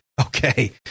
Okay